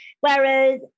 whereas